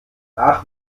ach